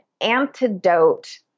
antidote